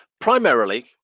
primarily